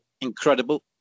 incredible